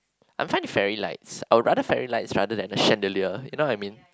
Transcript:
I'm fine with fairy lights I'd rather a fairy lights rather than a chandelier you know what I mean